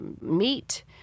meat